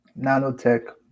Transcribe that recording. nanotech